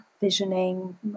visioning